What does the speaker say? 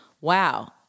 Wow